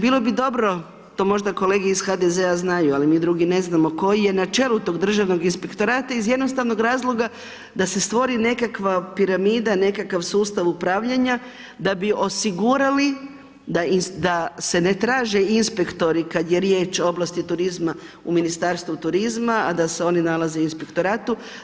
Bilo bi dobro, to možda kolege iz HDZ-a znaju, ali mi drugi ne znamo koji je načelu tog Državnog inspektorata, iz jednostavnog razloga, da se stvori nekakva piramida, nekakav sustav upravljanja, da bi osigurali da se ne traže inspektori kada je riječ o oblasti turizma u Ministarstvu turizma, a da se oni nalaze u inspektoratu.